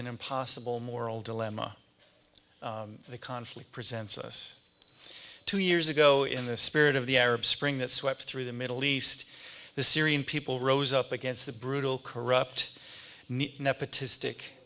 an impossible moral dilemma the conflict presents us two years ago in the spirit of the arab spring that swept through the middle east the syrian people rose up against the brutal corrupt